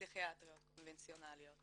פסיכיאטריות קונבנציונליות